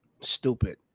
Stupid